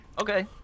Okay